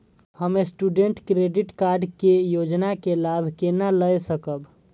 हम student credit card के योजना के लाभ केना लय सकब?